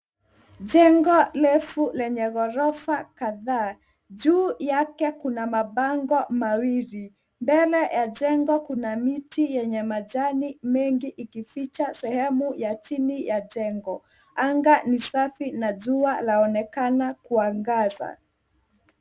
Jengo refu lenye ghorofa kadhaa, juu yake kuna mabango mawili. Mbele ya jengo kuna miti yenye majani mengi ikificha sehemu ya chini ya jengo. Anga ni safi na jua laonekana kuangaza.